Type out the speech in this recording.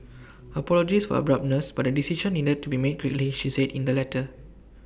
apologies for abruptness but A decision needed to be made quickly she said in the letter